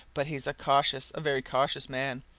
but he's a cautious, a very cautious man,